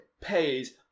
pays